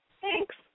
Thanks